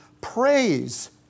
praise